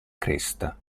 cresta